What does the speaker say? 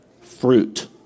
fruit